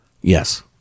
Yes